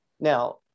Now